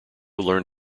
learned